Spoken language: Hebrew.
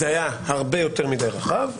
זה היה הרבה יותר מדי רחב.